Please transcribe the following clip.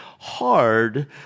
Hard